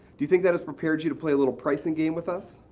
do you think that's prepared you to play a little pricing game with us?